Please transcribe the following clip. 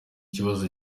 kibazo